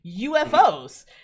ufos